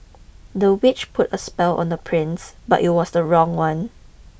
the witch put a spell on the prince but it was the wrong one